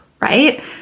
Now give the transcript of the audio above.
right